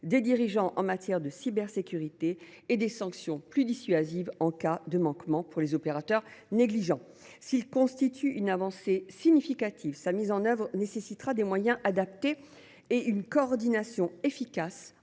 des dirigeants en matière de cybersécurité et des sanctions plus dissuasives en cas de manquement pour les opérateurs négligents. S’il constitue une avancée significative, sa mise en œuvre nécessitera des moyens adaptés et une coordination efficace